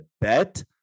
bet